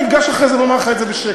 אני אגש אחרי זה ואומר לך את זה בשקט,